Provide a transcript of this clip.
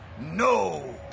No